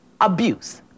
abuse